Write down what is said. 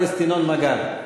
חבר הכנסת ינון מגל.